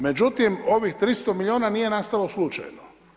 Međutim, ovih 300 milijuna nije nastalo slučajno.